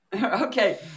Okay